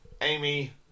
Amy